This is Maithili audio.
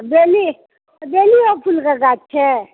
बेली तऽ बेलियो फुलके गाछ छै